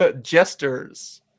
Jesters